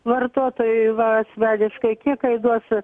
vartotojui va asmeniškai kiek duosi